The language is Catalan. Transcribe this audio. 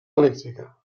elèctrica